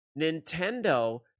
Nintendo